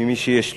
ממי שיש לו.